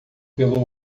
pelo